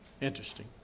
Interesting